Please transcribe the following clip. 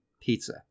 Pizza